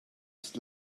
ist